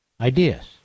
Ideas